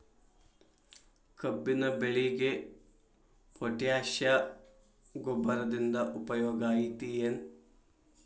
ಕಬ್ಬಿನ ಬೆಳೆಗೆ ಪೋಟ್ಯಾಶ ಗೊಬ್ಬರದಿಂದ ಉಪಯೋಗ ಐತಿ ಏನ್?